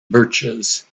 birches